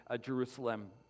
Jerusalem